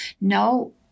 no